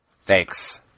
Thanks